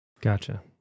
Gotcha